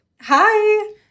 Hi